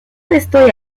estoy